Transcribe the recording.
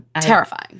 Terrifying